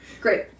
Great